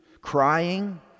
crying